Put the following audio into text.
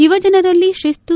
ಯುವ ಜನರಲ್ಲಿ ತಿಸ್ತು